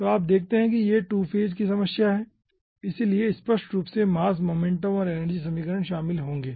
तो आप देखते हैं कि यह 2 फेज़ की समस्या है इसलिए स्पष्ट रूप से मास मोमेंटम और एनर्जी समीकरण शामिल होंगे